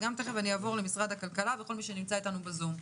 וגם אני אעבור למשרד הכלכלה וכל מי שנמצא איתנו בזום.